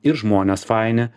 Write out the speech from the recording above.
ir žmonės faini